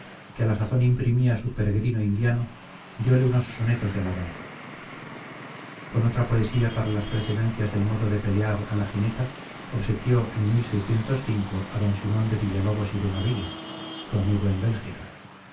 que a la sazón imprimía su peregrino indiano diole unos sonetos de alabanza con otra poesía para las precedencias del modo de pelear a la gineta obsequió en a d simón de villalobos y benavides su amigo en bélgica